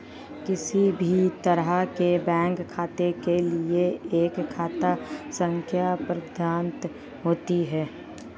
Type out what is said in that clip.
किसी भी तरह के बैंक खाते के लिये एक खाता संख्या प्रदत्त होती है